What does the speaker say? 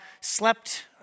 slept